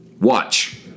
Watch